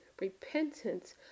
repentance